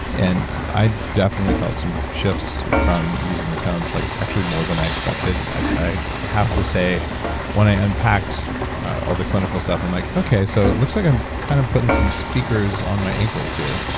and i definitely felt some shifts from using the tones like actually more than i expected. i have to say when i unpacked all the clinical stuff i'm like okay, so it looks like i'm kind of putting some speakers on my ankles here.